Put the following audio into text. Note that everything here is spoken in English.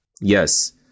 yes